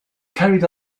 carried